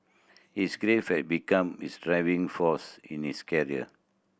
his grief had become his driving force in his career